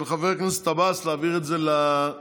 של חבר הכנסת עבאס, להעביר את זה למליאה.